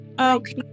okay